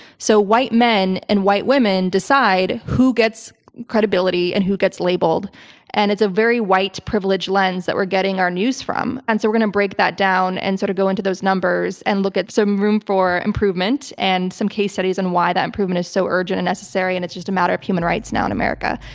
so white men and white women decide who gets credibility and who gets labeled and it's a very white privilege lens that we're getting our news from and so we're gonna break that down and sort of go into those numbers and look at some room for improvement and some case studies on why that improvement is so urgent and necessary and it's just a matter of human rights now in america.